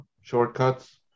shortcuts